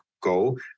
Go